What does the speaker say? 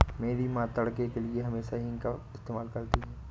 मेरी मां तड़के के लिए हमेशा हींग का इस्तेमाल करती हैं